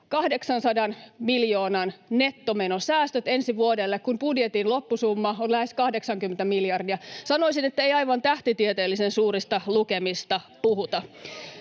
800 miljoonan nettomenosäästöt ensi vuodelle, kun budjetin loppusumma on lähes 80 miljardia. Sanoisin, ettei aivan tähtitieteellisen suurista lukemista puhuta.